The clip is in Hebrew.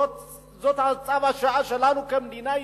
זה צו השעה שלנו כמדינה יהודית.